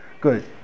good